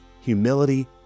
humility